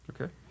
Okay